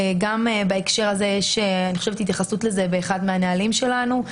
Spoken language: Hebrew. גם בהקשר הזה אני חושבת שיש התייחסות לזה באחד מהנהלים שלנו.